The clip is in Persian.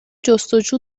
جستجو